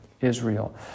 Israel